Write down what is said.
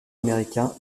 américain